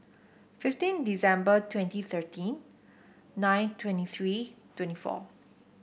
fifteen December twenty thirteen nine twenty three twenty four